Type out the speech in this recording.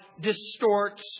distorts